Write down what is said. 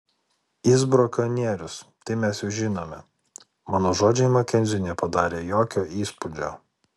jis brakonierius tai mes jau žinome mano žodžiai makenziui nepadarė jokio įspūdžio